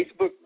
Facebook